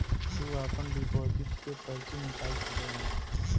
तू आपन डिपोसिट के पर्ची निकाल सकेला